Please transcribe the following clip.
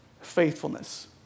faithfulness